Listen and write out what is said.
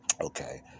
Okay